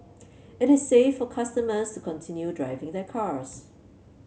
it is safe for customers to continue driving their cars